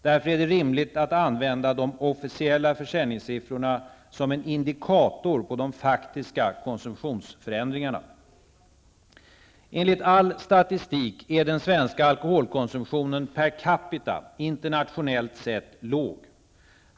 Därför är det rimligt att använda de officiella försäljningssiffrorna som en indikator på de faktiska konsumtionsförändringarna. Enligt all statistik är den svenska alkoholkonsumtionen per capita internationellt sett låg.